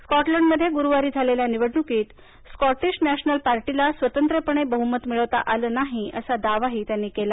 स्कॉटलंडमध्ये गुरुवारी झालेल्या निवडणुकीत स्कॉटिश नॅशनल पार्टीला स्वतंत्रपणे बहुमत मिळवता आलं नाही असा दावा त्यांनी केला